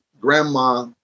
grandma